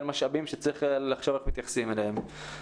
משאבים שצריך לחשוב איך מתייחסים אליהם.